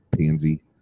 pansy